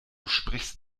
sprichst